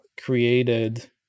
created